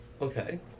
Okay